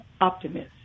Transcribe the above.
optimist